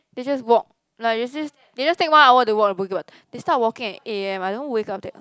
they just walk like there's this they just take one hour to walk the they start walking at eight A_M I don't wake up